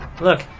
Look